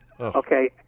okay